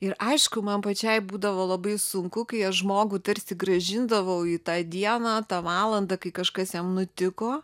ir aišku man pačiai būdavo labai sunku kai aš žmogų tarsi grąžindavau į tą dieną tą valandą kai kažkas jam nutiko